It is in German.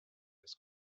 des